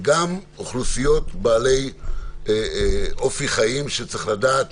וגם אוכלוסיות בעלי אופי חיים שצריך לדעת